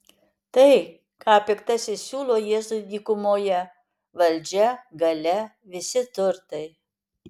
tai ką piktasis siūlo jėzui dykumoje valdžia galia visi turtai